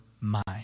mind